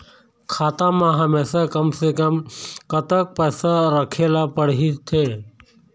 खाता मा हमेशा कम से कम कतक पैसा राखेला पड़ही थे?